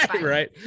right